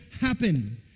happen